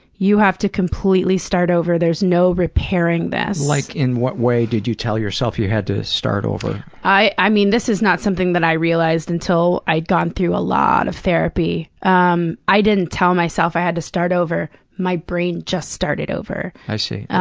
you have to completely start over. there's no repairing this. like, in what way did you tell yourself you had to start over? i i mean, this is not something that i realized until i'd gone through a lot of therapy. um i didn't tell myself i had to start over, my brain just started over. i see.